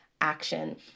action